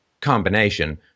combination